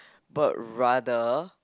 but rather